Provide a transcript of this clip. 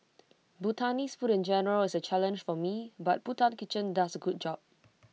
Bhutanese food in general is A challenge for me but Bhutan kitchen does A good job